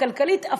כלכלית,